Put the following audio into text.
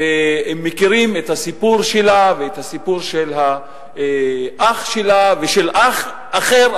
ומכירים את הסיפור שלה ואת הסיפור של האח שלה ושל אח אחר,